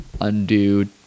undo